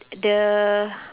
the